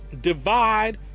divide